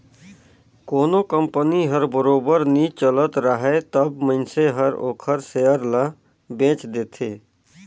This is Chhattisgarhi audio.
कोनो कंपनी हर बरोबर नी चलत राहय तब मइनसे हर ओखर सेयर ल बेंच देथे